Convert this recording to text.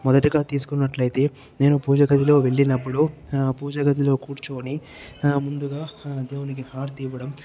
మొదటిగా తీసుకున్నట్లయితే నేను పూజ గదిలో వెళ్ళినప్పుడు పూజ గదిలో కూర్చొని నా ముందుగా దేవునికి హారతి ఇవ్వడం